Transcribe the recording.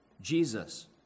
Jesus